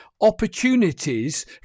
opportunities